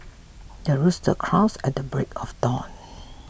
the rooster crows at the break of dawn